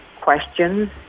questions